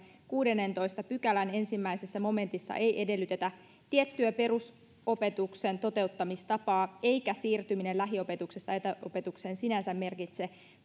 kuudennentoista pykälän ensimmäisessä momentissa ei edellytetä tiettyä perusopetuksen toteuttamistapaa eikä siirtyminen lähiopetuksesta etäopetukseen sinänsä merkitse